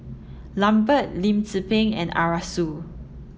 Lambert Lim Tze Peng and Arasu